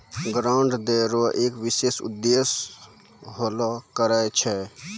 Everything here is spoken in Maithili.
ग्रांट दै रो एक विशेष उद्देश्य होलो करै छै